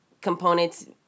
components